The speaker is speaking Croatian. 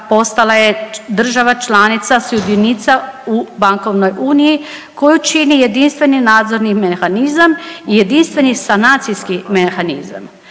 postala je država članica sudionica u bankovnoj uniji koju čini jedinstveni nadzorni mehanizam i jedinstveni sanacijski mehanizam.